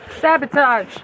Sabotage